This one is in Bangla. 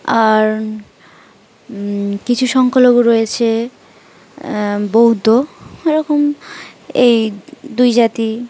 আর কিছু সংখ্যালঘু রয়েছে বৌদ্ধ এরকম এই দুই জাতি